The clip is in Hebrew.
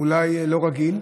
לא רגיל.